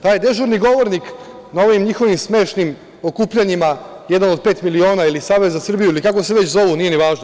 Taj je dežurni govornik na ovim njihovim smešnim okupljanjima „Jedan od pet miliona“ ili Savez za Srbiju ili kako se već zovu, nije ni važno.